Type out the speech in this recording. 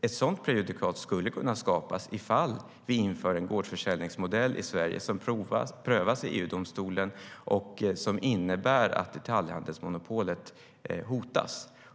Ett sådant prejudikat skulle kunna skapas ifall vi införde en gårdsförsäljningsmodell i Sverige som prövas i EU-domstolen och som innebär att detaljhandelsmonopolet hotas.